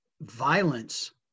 violence